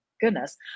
goodness